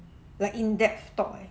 like in depth talk eh